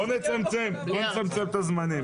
בואו נצמצם את הזמנים.